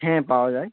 হ্যাঁ পাওয়া যায়